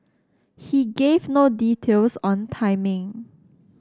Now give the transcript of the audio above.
he gave no details on timing